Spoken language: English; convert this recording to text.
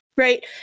Right